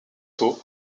tôt